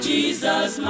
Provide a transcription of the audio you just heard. Jesus